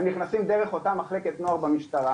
הם נכנסים דרך אותה מחלקת נוער במשטרה,